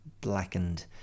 blackened